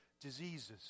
diseases